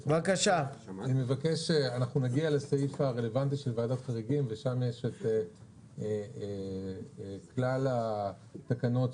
אנחנו נגיע לסעיף הרלוונטי של ועדת חריגים ושם יש את כלל התקנות,